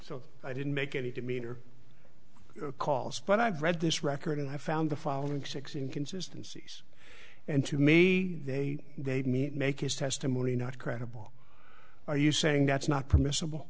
so i didn't make any demeter calls but i've read this record and i found the following six in consistencies and to me they gave me make his testimony not credible are you saying that's not permissible